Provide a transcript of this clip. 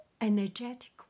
energetic